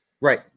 right